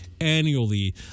annually